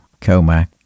COMAC